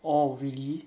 oh really